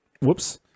whoops